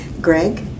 Greg